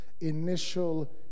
initial